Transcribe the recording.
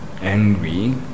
angry